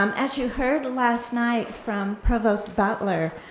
um as you heard last night from provost butler,